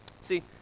See